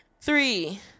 Three